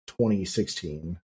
2016